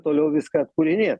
toliau viską atkūrinė